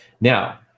Now